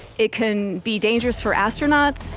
it can be dangerous for astronauts,